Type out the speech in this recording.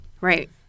right